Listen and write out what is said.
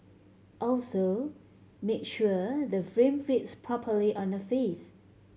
also make sure the frame fits properly on the face